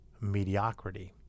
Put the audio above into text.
mediocrity